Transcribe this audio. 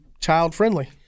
child-friendly